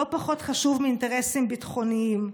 לא פחות חשוב מאינטרסים ביטחוניים.